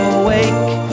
awake